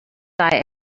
die